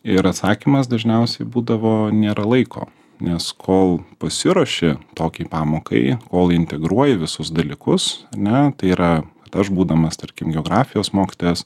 ir atsakymas dažniausiai būdavo nėra laiko nes kol pasiruoši tokiai pamokai kol integruoji visus dalykus ane tai yra aš būdamas tarkim geografijos mokytojas